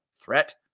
threat